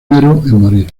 morir